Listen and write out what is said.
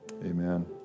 Amen